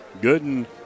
Gooden